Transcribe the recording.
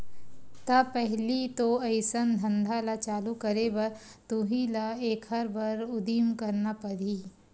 त पहिली तो अइसन धंधा ल चालू करे बर तुही ल एखर बर उदिम करना परही